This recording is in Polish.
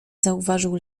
zauważył